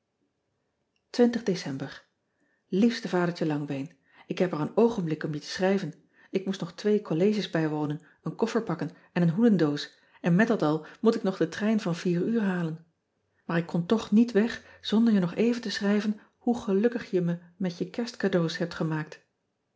ecember iefste adertje angbeen k heb maar een oogenblik om je te schrijven k moest nog twee colleges bijwonen een koffer pakken en een hoedendoos en met dat al moet ik nog den trein van vier uur halen aar ik kon toch niet weg zonder je nog even te schrijven hoe gelukkig je me met je ersteadeaux hebt gemaakt